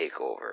TakeOver